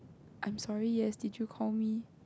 I am sorry yes did you call me